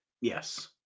Yes